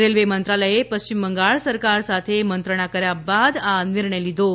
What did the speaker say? railway મંત્રાલયે પશ્ચિમ બંગાળ સરકાર સાથે મંત્રણા કર્યા બાદ આ નિર્ણય લીધો છે